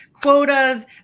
quotas